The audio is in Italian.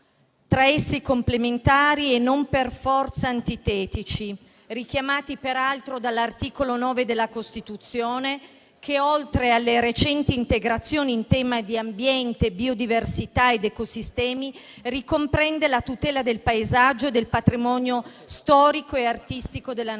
tra essi complementari e non per forza antitetici, richiamati peraltro dall'articolo 9 della Costituzione, che oltre alle recenti integrazioni in tema di ambiente, biodiversità ed ecosistemi, ricomprende la tutela del paesaggio e del patrimonio storico e artistico della Nazione.